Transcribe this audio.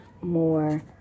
more